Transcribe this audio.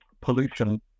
pollution